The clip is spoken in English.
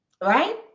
right